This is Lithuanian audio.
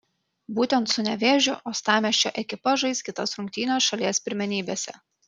būtent su nevėžiu uostamiesčio ekipa žais kitas rungtynes šalies pirmenybėse